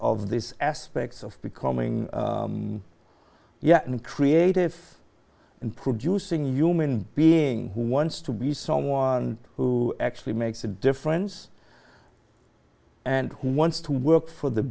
of these aspects of becoming yet in a creative and producing human being who wants to be someone who actually makes a difference and who wants to work for the